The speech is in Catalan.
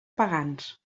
pagans